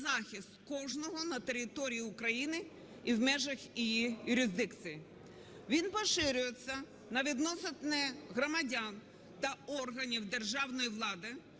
Він поширюється на відносини громадян та органів державної влади,